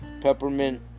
peppermint